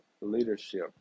leadership